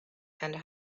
and